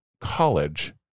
college